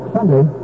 Sunday